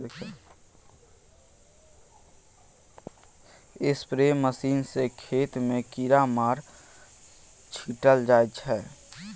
spray machine सँ खेत मे कीरामार छीटल जाइ छै